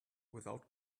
without